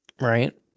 right